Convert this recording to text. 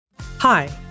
Hi